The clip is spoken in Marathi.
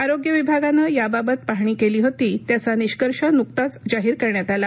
आरोग्य विभागाने याबाबत पाहणी केली होती त्याचा निष्कर्ष नुकताच जाहीर करण्यात आला